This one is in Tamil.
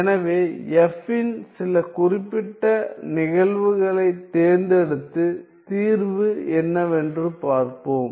எனவே fஇன் சில குறிப்பிட்ட நிகழ்வுகளைத் தேர்ந்தெடுத்து தீர்வு என்னவென்று பார்ப்போம்